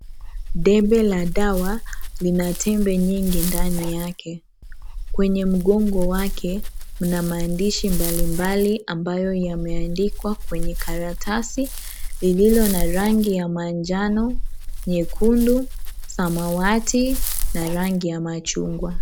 Debe la dawa lina tembe nyingi ndani yake kwenye mgongo wake kuna maandishi mbalimbali ambayo yameandikwa kwenye karatasi lililo na rangi ya majano, nyekundu, samawati na rangi ya machungwa.